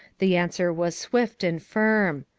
the answer was swift and firm.